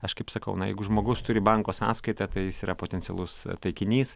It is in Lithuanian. aš kaip sakau na jeigu žmogus turi banko sąskaitą tai jis yra potencialus taikinys